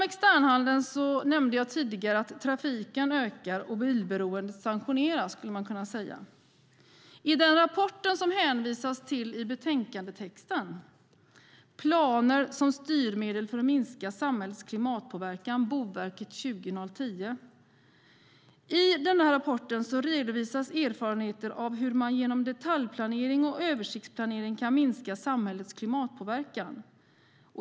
Jag nämnde tidigare att trafiken ökar och att bilberoendet sanktioneras genom externhandeln. I den rapport som hänvisas till i betänkandetexten, Planer som styrmedel för att minska samhällets klimatpåverkan från Boverket 2010, redovisas erfarenheter av hur man genom detaljplanering och översiktsplanering kan minska samhällets klimatpåverkan.